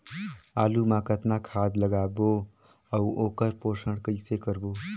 आलू मा कतना खाद लगाबो अउ ओकर पोषण कइसे करबो?